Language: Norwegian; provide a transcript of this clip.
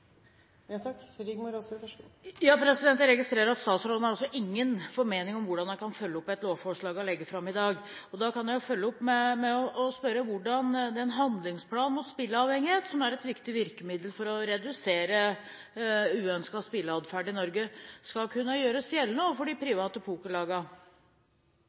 Jeg registrerer at statsråden ikke har noen formening om hvordan man kan følge opp et lovforslag som hun legger fram i dag. Da kan jeg følge opp med å spørre om hvordan en handlingsplan mot spilleavhengighet, som er et viktig virkemiddel for å redusere uønsket spilleatferd i Norge, skal kunne gjøres gjeldende overfor de